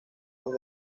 los